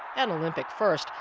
an olympic first,